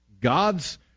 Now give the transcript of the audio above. God's